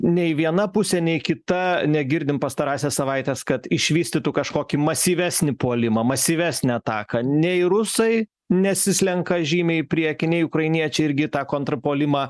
nei viena pusė nei kita negirdim pastarąsias savaites kad išvystytų kažkokį masyvesnį puolimą masyvesnę ataką nei rusai nesislenka žymiai priekin nei ukrainiečiai irgi tą kontrpuolimą